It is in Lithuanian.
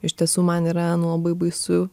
iš tiesų man yra nu labai baisu